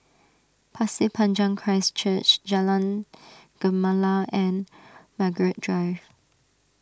Pasir Panjang Christ Church Jalan Gemala and Margaret Drive